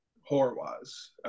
horror-wise